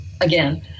again